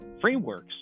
frameworks